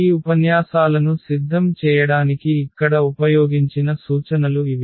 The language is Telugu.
ఈ ఉపన్యాసాలను సిద్ధం చేయడానికి ఇక్కడ ఉపయోగించిన సూచనలు ఇవి